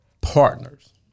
partners